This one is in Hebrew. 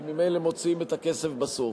כי ממילא מוציאים את הכסף בסוף.